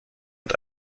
und